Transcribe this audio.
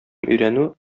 өйрәнү